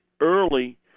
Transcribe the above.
early